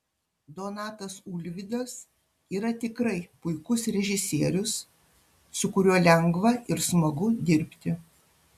donatas ulvydas yra tikrai puikus režisierius su kuriuo lengva ir smagu dirbti